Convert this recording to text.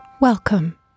Welcome